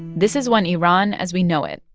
this is when iran as we know it,